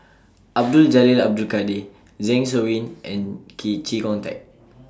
Abdul Jalil Abdul Kadir Zeng Shouyin and Key Chee Kong Tet